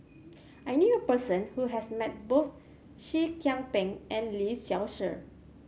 I knew a person who has met both Seah Kian Peng and Lee Seow Ser